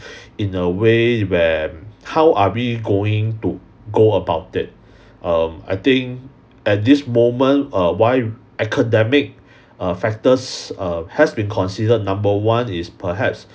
in a way where how are we going to go about it um I think at this moment uh why academic err factors err has been considered number one is perhaps